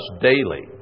daily